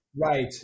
Right